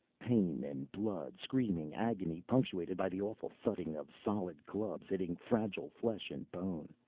pain and blood, screaming agony, punctuated by the awful thudding of solid clubs hitting fragile flesh and bone,